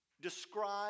describe